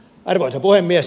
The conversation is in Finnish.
arvoisa puhemies